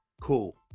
Cool